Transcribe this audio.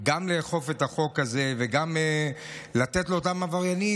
גם לאכוף את החוק הזה וגם לתת לאותם עבריינים,